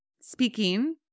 speaking